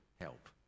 help